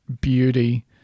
beauty